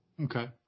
Okay